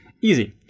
Easy